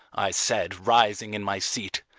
i said, rising in my seat,